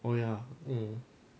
oh ya um